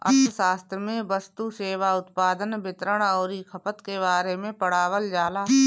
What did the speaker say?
अर्थशास्त्र में वस्तु, सेवा, उत्पादन, वितरण अउरी खपत के बारे में पढ़ावल जाला